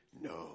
No